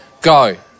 Go